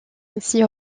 ainsi